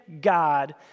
God